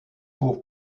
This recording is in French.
pour